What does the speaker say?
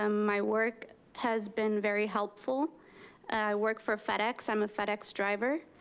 um my work has been very helpful. i work for fedex, i'm a fedex driver.